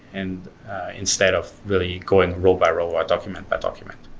and instead of really going row-by-row, or document-by-document.